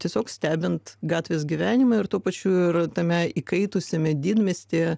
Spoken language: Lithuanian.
tiesiog stebint gatvės gyvenimą ir tuo pačiu ir tame įkaitusiame didmiestyje